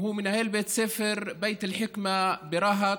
מנהל בית ספר בית אל-חכמה ברהט,